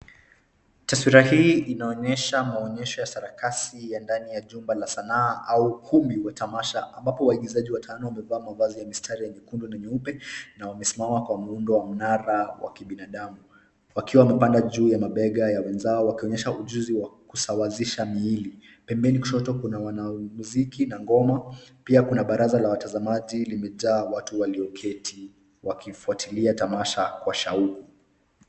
Taswira hii inaonyesha maonyesho ya sarakasi ya ndani ya jumba la sanaa, au ukumbi wa tamasha ambapo waigizaji watano wamevaa mavazi ya mistari ya nyekundu na nyeupe, na wamesimama kwa muundo wa mnara wa kibinadamu. Wakiwa wamepanda juu ya mabega ya wenzao wakionyesha ujuzi wa kusawazisha miili. Pembeni kushoto kuna wanamuziki na ngoma. Pia kuna baraza la watazamaji limejaa watu walioketi, wakifuatilia tamasha kwa shauku.